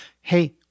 Hey